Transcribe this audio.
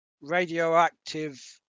radioactive